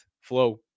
Flow